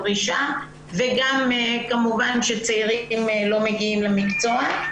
פרישה וגם כמובן שצעירים לא מגיעים למקצוע.